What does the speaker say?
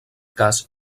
cas